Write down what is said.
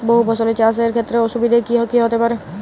বহু ফসলী চাষ এর ক্ষেত্রে অসুবিধে কী কী হতে পারে?